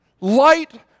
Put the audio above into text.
light